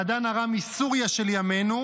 פדן ארם היא סוריה של ימינו,